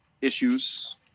issues